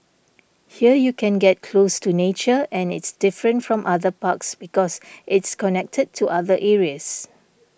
here you can get close to nature and it's different from other parks because it's connected to other areas